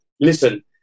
listen